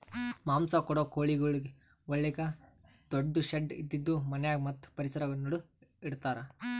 ಮಾಂಸ ಕೊಡೋ ಕೋಳಿಗೊಳಿಗ್ ಒಳಗ ದೊಡ್ಡು ಶೆಡ್ ಇದ್ದಿದು ಮನ್ಯಾಗ ಮತ್ತ್ ಪರಿಸರ ನಡು ಇಡತಾರ್